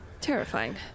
terrifying